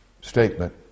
statement